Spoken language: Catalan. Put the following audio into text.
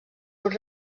pot